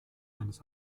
eines